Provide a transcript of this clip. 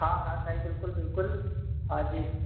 हा हा साईं बिल्कुलु बिल्कुलु हा जी